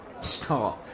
start